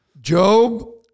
Job